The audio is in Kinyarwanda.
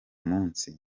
munsi